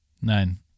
Nein